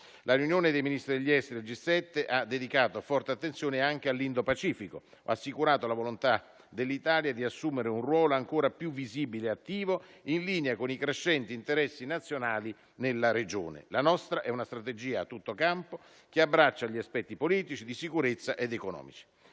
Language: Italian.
La riunione dei Ministri degli esteri del G7 ha dedicato forte attenzione anche all'Indo-Pacifico. Ho assicurato la volontà dell'Italia di assumere un ruolo ancora più visibile e attivo in linea con i crescenti interessi nazionali nella regione. La nostra è una strategia a tutto campo che abbraccia gli aspetti politici, di sicurezza ed economici.